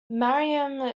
miriam